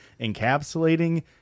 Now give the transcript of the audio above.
encapsulating